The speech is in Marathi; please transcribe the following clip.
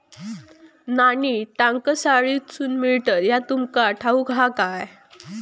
नाणी टांकसाळीतसून मिळतत ह्या तुमका ठाऊक हा काय